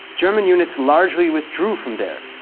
german units largely withdrew from there,